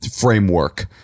framework